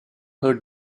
her